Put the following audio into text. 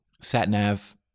sat-nav